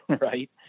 right